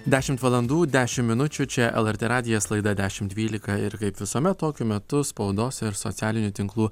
dešimt valandų dešim minučių čia lrt radijas laida dešimt dvylika ir kaip visuomet tokiu metu spaudos ir socialinių tinklų